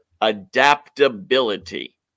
adaptability